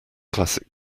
classic